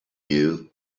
you